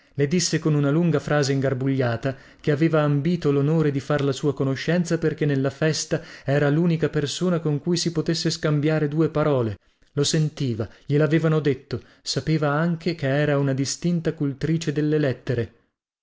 le disse con una lunga frase ingarbugliata che aveva ambito lonore di far la sua conoscenza perchè nella festa era lunica persona con cui si potesse scambiare due parole lo sentiva glielavevano detto sapeva anche che era una distinta cultrice delle lettere